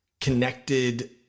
connected